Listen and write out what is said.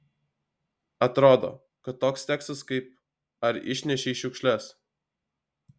atrodo kad toks tekstas kaip ar išnešei šiukšles